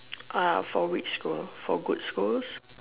uh for which school for good schools